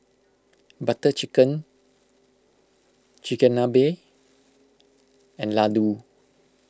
Butter Chicken Chigenabe and Ladoo